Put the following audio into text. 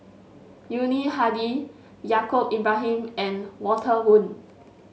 Yuni Hadi Yaacob Ibrahim and Walter Woon